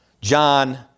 John